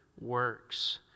works